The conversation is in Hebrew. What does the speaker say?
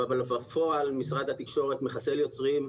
אבל בפועל משרד התקשורת מחסל יוצרים,